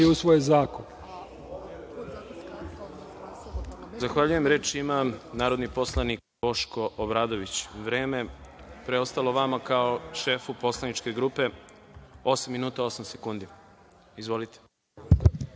ne usvoji zakon.